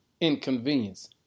inconvenience